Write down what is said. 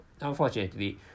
unfortunately